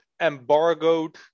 embargoed